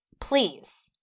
please